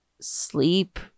sleep